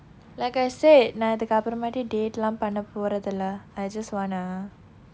like I said நான் இதுக்கு அப்புறமாட்டி:naan ithukku appuramaatti date எல்லாம் பண்ண போறது இல்லை:ellaam panna porathu illai I just wanna